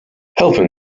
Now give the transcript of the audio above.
helping